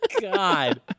God